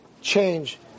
change